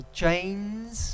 chains